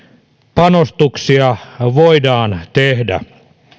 panostuksia voidaan tehdä